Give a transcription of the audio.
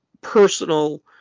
personal